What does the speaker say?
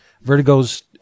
Vertigo's